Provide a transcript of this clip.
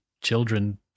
children